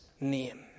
name